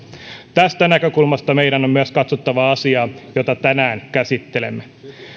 tästä näkökulmasta meidän on katsottava myös asiaa jota tänään käsittelemme